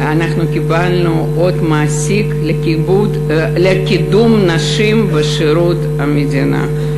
אנחנו קיבלנו את אות המעסיק על קידום נשים בשירות המדינה,